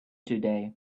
today